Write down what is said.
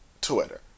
Twitter